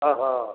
ଓହୋ